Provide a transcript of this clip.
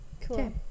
Cool